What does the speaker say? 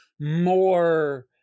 more